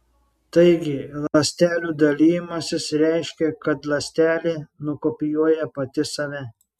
taigi ląstelių dalijimasis reiškia kad ląstelė nukopijuoja pati save